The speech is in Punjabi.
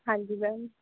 ਹਾਂਜੀ ਮੈਮ